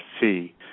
fee